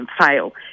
fail